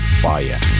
fire